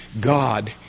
God